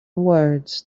words